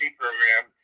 program